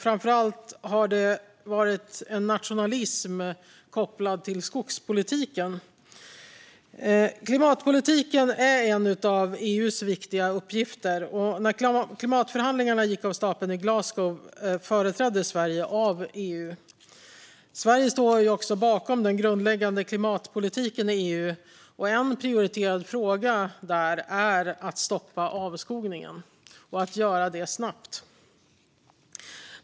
Framför allt har det varit en nationalism kopplad till skogspolitiken. Klimatpolitiken är en av EU:s viktiga uppgifter. När klimatförhandlingarna gick av stapeln i Glasgow företräddes Sverige av EU. Sverige står bakom den grundläggande klimatpolitiken i EU, och en prioriterad fråga där är att stoppa avskogningen och att göra det snabbt.